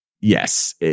yes